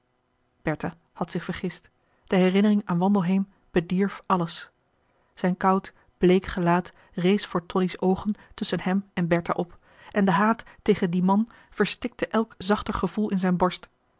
bertha had zich vergist de herinnering aan wandelheem bedierf alles zijn koud bleek gelaat rees voor tonie's oogen tusschen hem en bertha op en de haat tegen dien man verstikte elk zachter gevoel in zijn borst